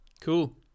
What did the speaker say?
Cool